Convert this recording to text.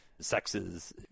Sexes